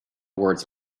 words